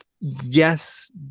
yes